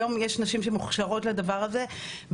היום יש נשים שמוכשרות לדבר הזה,